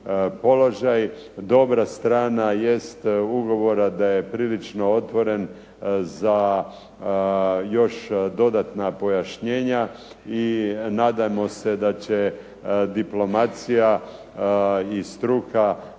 Dobra strana ugovora jest da je prilično otvoren za još dodatna pojašnjenja. I nadajmo se da će diplomacija i struka